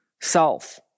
self